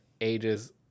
ages